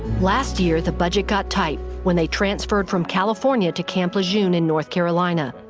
last year, the budget got tight when they transferred from california to camp lejeune in north carolina.